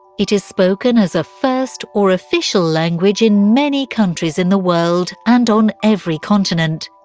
it is spoken as a first or official language in many countries in the world, and on every continent.